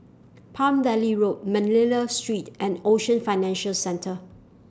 Palm Valley Road Manila Street and Ocean Financial Centre